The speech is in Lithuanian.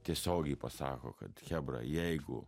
tiesiogiai pasako kad chebra jeigu